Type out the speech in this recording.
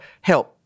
help